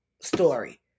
story